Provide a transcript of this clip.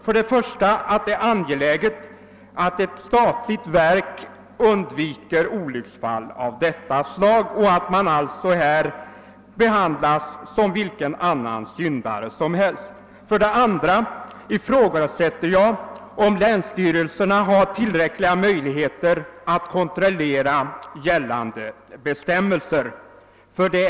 För det första är det angeläget att ett statligt verk undviker olycksfall av berört slag och att ifrågavarande myndighet bör behandlas som vilken annan lagbrytare som helst. För det andra ifrågasätter jag, om länsstyrelserna har tillräckliga möjligheter att kontrollera efterlevnaden av gällande bestämmelser.